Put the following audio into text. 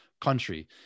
country